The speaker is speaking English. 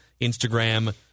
Instagram